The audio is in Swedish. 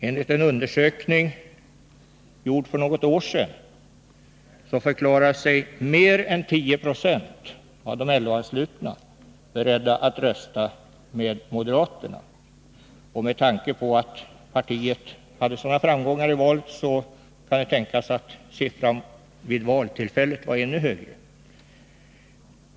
Enligt en undersökning, gjord för något år sedan, förklarar sig mer än 10 96 av de LO-anslutna beredda att rösta med moderaterna. Med tanke på att partiet hade sådana framgångar i valet kan man förmoda att siffran vid valtillfället var ännu högre.